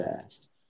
fast